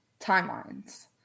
timelines